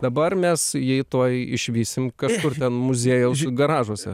dabar mes jį tuoj išvysim kažkur ten muziejaus garažuose